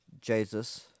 Jesus